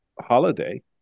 holiday